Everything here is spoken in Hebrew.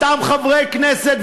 אותם חברי כנסת,